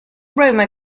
roma